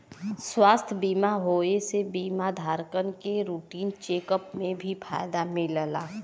स्वास्थ्य बीमा होये से बीमा धारकन के रूटीन चेक अप में भी फायदा मिलला